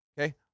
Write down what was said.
okay